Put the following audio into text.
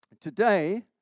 today